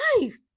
life